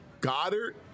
Goddard